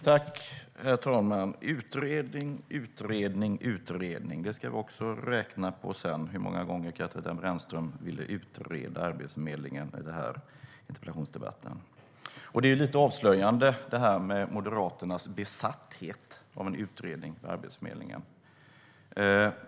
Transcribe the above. Herr talman! Utredning, utredning, utredning - sedan ska vi räkna på hur många gånger Katarina Brännström ville utreda Arbetsförmedlingen under den här interpellationsdebatten. Moderaternas besatthet av en utredning av Arbetsförmedlingen är lite avslöjande.